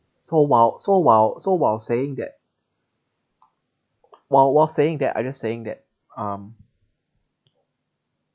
so while so while so while saying that while while saying that I just saying that um